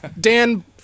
Dan